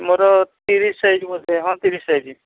ମୋର ତିରିଶ ସାଇଜ୍ ବୋଧେ ହଁ ତିରିଶ ସାଇଜ୍